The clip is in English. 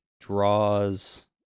draws